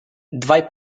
dwaj